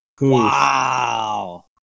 Wow